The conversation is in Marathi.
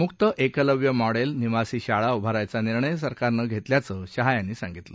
मुक्त एकलव्य मॉडेल निवासी शाळा उभारायचा निर्णय सरकारनं घेतल्याचं शहा म्हणाले